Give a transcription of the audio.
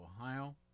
Ohio